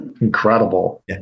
incredible